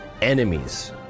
Enemies